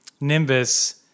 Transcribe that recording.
Nimbus